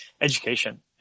Education